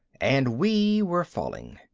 and we were falling,